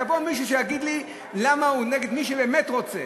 יבוא מישהו ויגיד לי למה הוא נגד, מי שבאמת רוצה